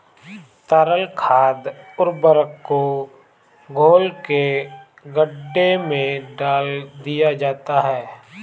तरल खाद उर्वरक को घोल के गड्ढे में डाल दिया जाता है